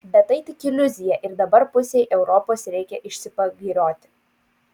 bet tai tik iliuzija ir dabar pusei europos reikia išsipagirioti